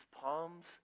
palms